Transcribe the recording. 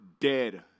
dead